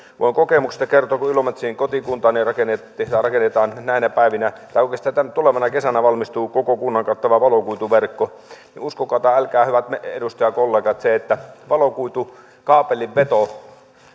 voin kokemuksesta kertoa että kun ilomantsiin kotikuntaani rakennetaan näinä päivinä tai oikeastaan tulevana kesänä valmistuu koko kunnan kattava valokuituverkko niin uskokaa tai älkää hyvät edustajakollegat se että valokuitukaapelin veto